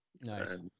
Nice